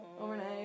overnight